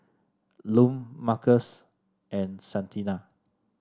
Lum Marcos and Santina